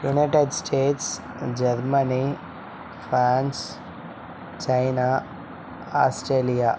United States Germany France China Australia